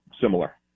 similar